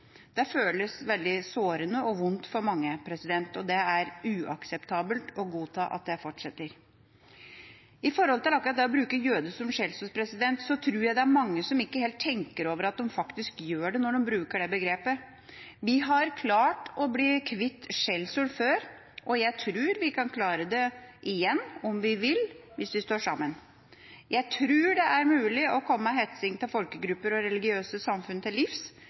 Dette føles svært sårende og vondt for mange. Det er uakseptabelt å godta at det fortsetter. Når det gjelder å bruke «jøde» som skjellsord, tror jeg det er mange som ikke helt tenker over hva de faktisk gjør når de bruker dette begrepet. Vi har klart å bli kvitt skjellsord før, og jeg tror vi kan klare det igjen om vi vil – hvis vi står sammen. Jeg tror det er mulig å komme hetsing av folkegrupper og religiøse samfunn til livs,